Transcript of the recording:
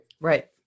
right